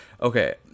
Okay